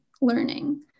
learning